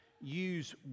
use